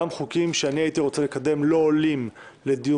גם חוקים שאני הייתי רוצה לקדם לא עולים לדיון